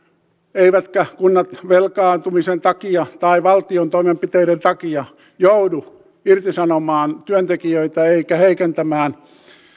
eivätkä kunnat velkaantumisen takia tai valtion toimenpiteiden takia joudu irtisanomaan työntekijöitä eikä heikentämään